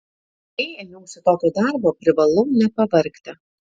jei ėmiausi tokio darbo privalau nepavargti